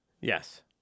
Yes